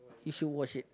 you should watch it